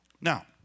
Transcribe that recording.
Now